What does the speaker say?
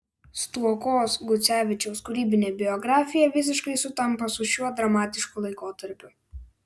stuokos gucevičiaus kūrybinė biografija visiškai sutampa su šiuo dramatišku laikotarpiu